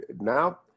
now